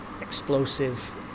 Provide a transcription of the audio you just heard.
explosive